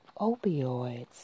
opioids